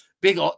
big